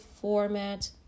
format